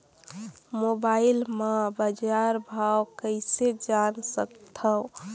Mobile म बजार भाव कइसे जान सकथव?